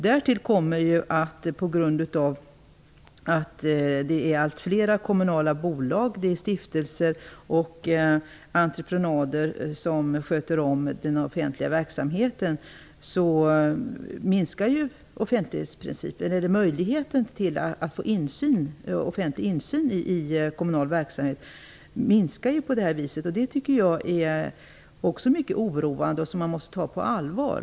Därtill kommer att det är allt fler kommunala bolag, stiftelser och entreprenörer som sköter den kommunala verksamheten. Därmed minskar möjligheten till offentlig insyn i kommunal verksamhet. Det tycker jag är mycket oroande, och detta måste tas på allvar.